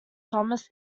thomas